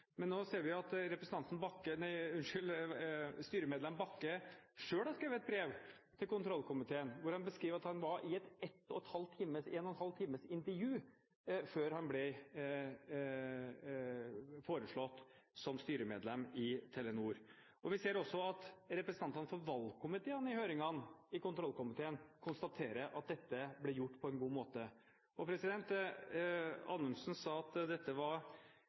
Men nå ser vi at styremedlem Bakke selv har skrevet et brev til kontrollkomiteen hvor han beskriver at han var i et 1,5 times langt intervju før han ble foreslått som styremedlem i Telenor. Og vi ser også at representantene for valgkomiteene i høringene i kontrollkomiteen konstaterer at dette ble gjort på en god måte. Anundsen sa at dette ble gjort annerledes enn for de andre, men så svarer han på et spørsmål fra – jeg tror det var